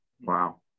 Wow